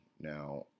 now